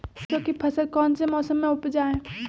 सरसों की फसल कौन से मौसम में उपजाए?